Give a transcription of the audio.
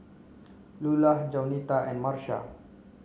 Lulah Jaunita and Marsha